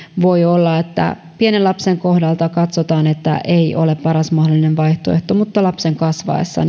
voi olla että pienen lapsen kohdalla katsotaan että vuoroasuminen ei ole paras mahdollinen vaihtoehto mutta lapsen kasvaessa